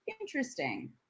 Interesting